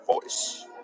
voice